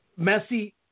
Messi